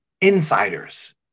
insiders